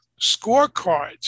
scorecards